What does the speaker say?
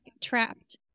trapped